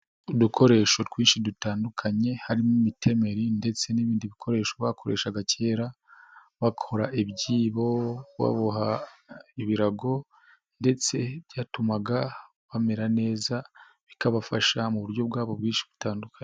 Udukoresho twinshi dutandukanye harimo imitemeri ndetse n'ibindi bikoresho bakoreshaga kera, bakora ibyibo, baboha ibirago, ndetse byatumaga bamera neza, bikabafasha mu buryo bwabo bwinshi butandukanye.